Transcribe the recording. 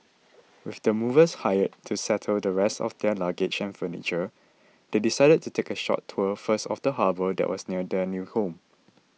with the movers hired to settle the rest of their luggage and furniture they decided to take a short tour first of the harbour that was near their new home